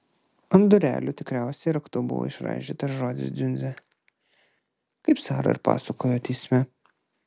ant durelių tikriausiai raktu buvo išraižytas žodis dziundzė kaip sara ir pasakojo teisme